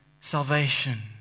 salvation